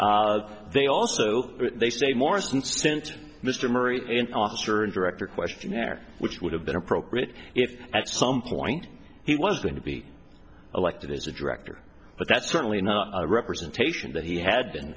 they also they say morrison sent mr murray in an officer and director questionnaire which would have been appropriate if at some point he was going to be elected as a director but that's certainly not a representation that he had been